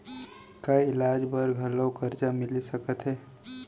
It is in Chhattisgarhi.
का इलाज बर घलव करजा मिलिस सकत हे?